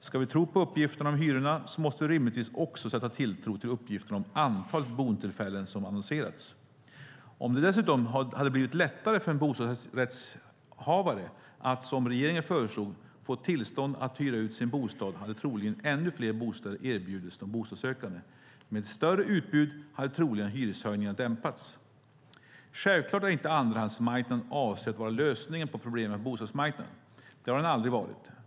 Ska vi tro på uppgifterna om hyrorna måste vi rimligtvis också sätta tilltro till uppgifterna om antalet boendetillfällen som annonserats. Om det dessutom hade blivit lättare för en bostadsrättshavare att, som regeringen föreslog, få tillstånd att hyra ut sin bostad hade troligen ännu fler bostäder erbjudits de bostadssökande. Med ett större utbud hade troligen hyreshöjningarna dämpats. Självklart är inte andrahandsmarknaden avsedd att vara lösningen på problemen på bostadsmarknaden. Det har den aldrig varit.